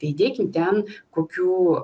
įdėkim ten kokių